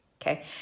okay